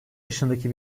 yaşındaki